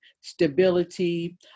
stability